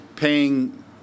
Paying